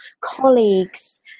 colleagues